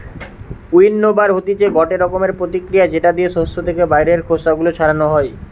উইন্নবার হতিছে গটে রকমের প্রতিক্রিয়া যেটা দিয়ে শস্য থেকে বাইরের খোসা গুলো ছাড়ানো হয়